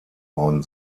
worden